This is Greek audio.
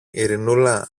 ειρηνούλα